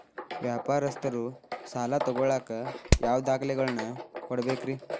ವ್ಯಾಪಾರಸ್ಥರು ಸಾಲ ತಗೋಳಾಕ್ ಯಾವ ದಾಖಲೆಗಳನ್ನ ಕೊಡಬೇಕ್ರಿ?